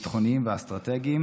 ביטחוניים ואסטרטגיים,